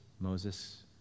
Moses